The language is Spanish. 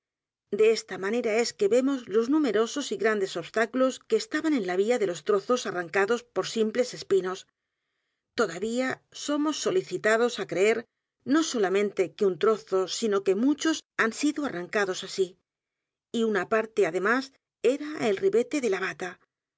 de esta manera es que vemos los numerosos y grandes obstáculos que estaban en la vía de los trozos a r r a n cados por simples espinos todavía somos solici tados á creer no solamente que un trozo sino que muchos han sido arrancados así y una parte además era el ribete de la